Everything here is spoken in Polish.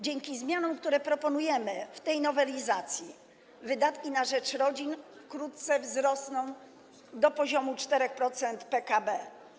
Dzięki zmianom, które proponujemy w tej nowelizacji, wydatki na rzecz rodzin wkrótce wzrosną do poziomu 4% PKB.